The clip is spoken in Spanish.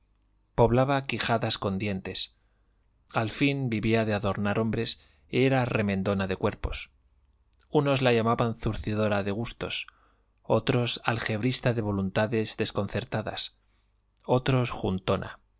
poblaba quijadas con dientes al fin vivía de adornar hombres y era remendona de cuerpos unos la llamaban zurcidora de gustos otros algebrista de voluntades desconcertadas otros juntona